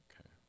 okay